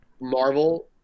Marvel